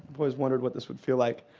always wondered what this would feel like.